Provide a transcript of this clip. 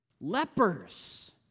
Lepers